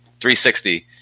360